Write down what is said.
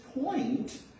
point